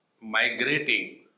migrating